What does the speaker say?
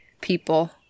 people